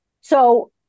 So-